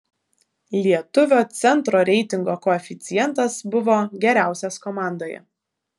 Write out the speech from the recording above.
lietuvio centro reitingo koeficientas buvo geriausias komandoje